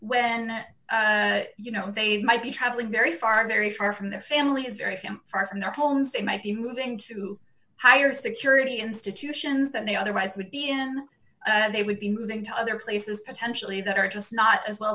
when you know they might be traveling very far very far from their family is very few and far from their homes they might be moving to higher security institutions that they otherwise would be in they would be moving to other places potentially that are just not as well